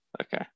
Okay